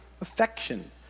affection